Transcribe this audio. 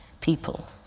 people